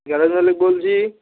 garage মালিক বলছি